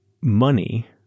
money